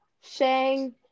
Shang